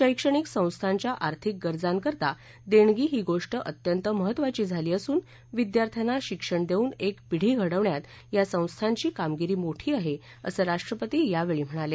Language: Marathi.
शैक्षणिक संस्थांच्या आर्थिक गरजांकरता देणगी ही गोष्ट अत्यंत महत्त्वाची झाली असून विद्यार्थ्याना शिक्षण देऊन एक पिढी घडवण्यात या संस्थांची कामगिरी मोठी आहे असं राष्ट्रपती यावेळी म्हणाले